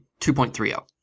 2.30